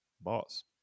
Boss